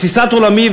תפיסת עולמי,